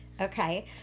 Okay